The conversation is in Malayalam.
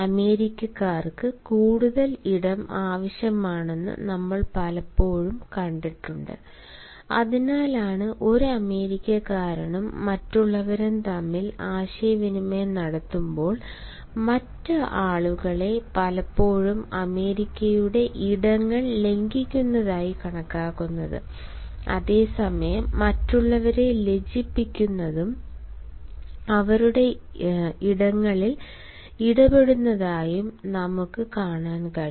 അമേരിക്കക്കാർക്ക് കൂടുതൽ ഇടം ആവശ്യമാണെന്ന് നമ്മൾ പലപ്പോഴും കണ്ടെത്തിയിട്ടുണ്ട് അതിനാലാണ് ഒരു അമേരിക്കക്കാരനും മറ്റുള്ളവരും തമ്മിൽ ആശയവിനിമയം നടക്കുമ്പോൾ മറ്റ് ആളുകളെ പലപ്പോഴും അമേരിക്കയുടെ ഇടങ്ങൾ ലംഘിക്കുന്നതായി കണക്കാക്കുന്നത് അതേസമയം മറ്റുള്ളവരെ ലജ്ജിപ്പിക്കുന്നതായും അവരുടെ ഇടങ്ങളിൽ ഇടപെടുന്നതായും നമുക്ക് കാണാൻ കഴിയും